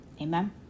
Amen